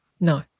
No